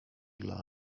dla